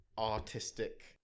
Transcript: Artistic